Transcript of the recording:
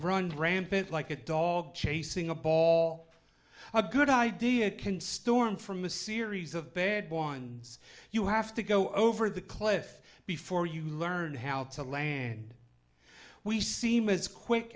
run rampant like a dog chasing a ball a good idea can storm from a series of bad ones you have to go over the cliff before you learn how to land we seem as quick